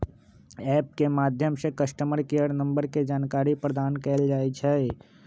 app के माध्यम से कस्टमर केयर नंबर के जानकारी प्रदान कएल जाइ छइ